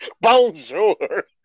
Bonjour